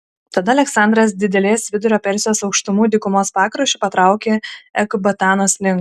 tada aleksandras didelės vidurio persijos aukštumų dykumos pakraščiu patraukė ekbatanos link